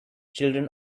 children